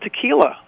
Tequila